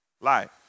life